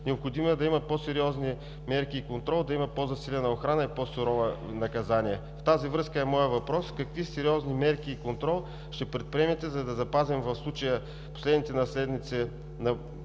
Необходимо е да има по-сериозни мерки и контрол, да има по-засилена охрана и по-сурови наказания. В тази връзка е моят въпрос: какви сериозни мерки и контрол ще предприемете, за да запазим в случая последните наследници на